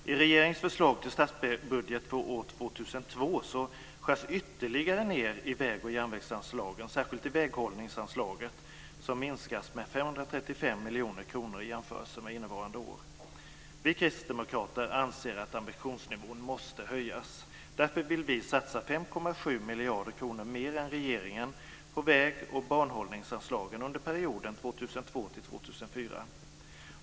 I regeringens förslag till statsbudget för år 2002 skärs det ned ytterligare i väg och järnvägsanslagen, särskilt i väghållningsanslaget. Det minskas med 535 miljoner kronor i jämförelse med innevarande år. Vi kristdemokrater anser att ambitionsnivån måste höjas. Därför vill vi satsa 5,7 miljarder kronor mer än regeringen på väg och banhållningsanslagen under perioden 2002-2004.